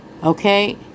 okay